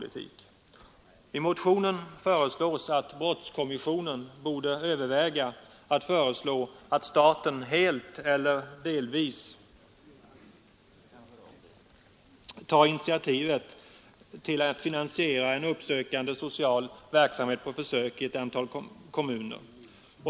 I motionen sägs att brottskommissionen borde överväga att föreslå att staten helt eller delvis tar initiativet till att finansiera en uppsökande social verksamhet på försök i ett antal kommuner.